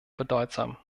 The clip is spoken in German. bedeutsam